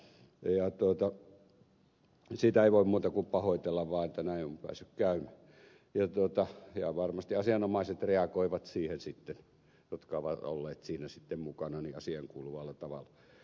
sitä ei voi muuta kuin pahoitella vaan että näin on päässyt käymään ja varmasti asianomaiset jotka ovat olleet siinä mukana reagoivat siihen sitten asiaan kuuluvalla tavalla